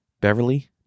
beverly